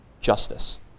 justice